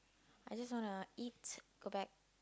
I just wanna eat go back